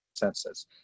senses